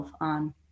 on